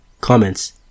Comments